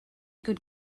good